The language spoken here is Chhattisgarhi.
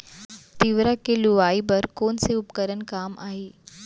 तिंवरा के लुआई बर कोन से उपकरण काम आही?